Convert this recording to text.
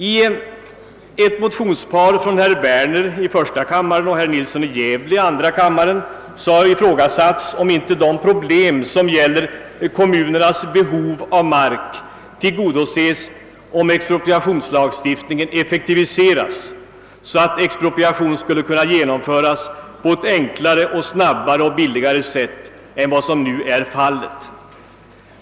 I ett motionspar av herr Werner i första kammaren och herr Nilsson i Gävle i andra kammaren har ifrågasatts, om inte de problem som gäller kommunernas behov av mark bättre löses genom att expropriationslagstiftningen effektiviseras så att expropriation kan genomföras på ett enklare, snabbare och billigare sätt än nu.